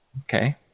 Okay